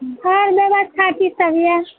और व्यवस्था की सब यऽ